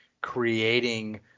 creating